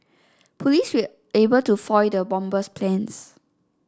police were able to foil the bomber's plans